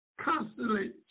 constantly